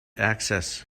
access